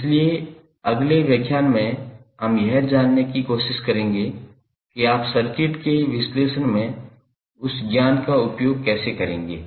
इसलिए अगले व्याख्यान में हम यह जानने की कोशिश करेंगे कि आप सर्किट के विश्लेषण में इस ज्ञान का उपयोग कैसे करेंगे